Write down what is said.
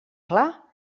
clar